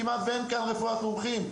כמעט ואין כאן רפואת מומחים,